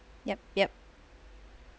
yup yup